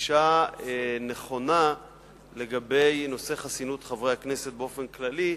כגישה נכונה לגבי נושא חסינות חברי הכנסת באופן כללי,